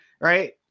right